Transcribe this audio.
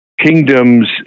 kingdoms